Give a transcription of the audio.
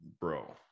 bro